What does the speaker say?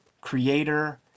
creator